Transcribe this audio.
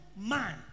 man